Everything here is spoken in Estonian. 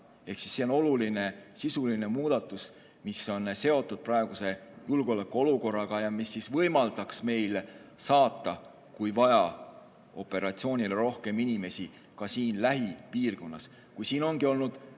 See on oluline sisuline muudatus, mis on seotud praeguse julgeolekuolukorraga ja mis võimaldaks meil saata, kui on vaja, operatsioonile rohkem inimesi ka siin lähipiirkonnas. Siin ongi olnud palju